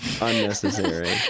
Unnecessary